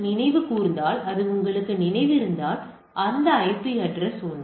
நினைவு கூர்ந்தால் அந்த ஐபி அட்ரஸ் ஒன்று